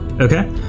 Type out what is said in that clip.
Okay